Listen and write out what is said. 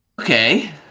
Okay